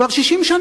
כבר 60 שנה.